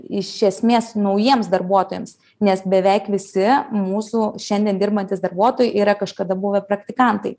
iš esmės naujiems darbuotojams nes beveik visi mūsų šiandien dirbantys darbuotojai yra kažkada buvę praktikantai